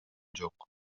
жок